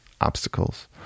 obstacles